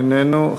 איננו.